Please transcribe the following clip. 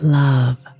love